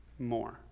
more